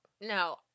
No